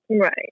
Right